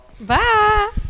bye